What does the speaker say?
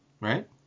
Right